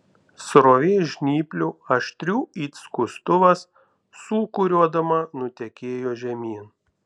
srovė žnyplių aštrių it skustuvas sūkuriuodama nutekėjo žemyn